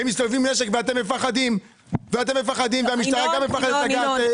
הם מסתובבים עם נשק ואתם מפחדים וגם המשטרה מפחדת לגעת בהם.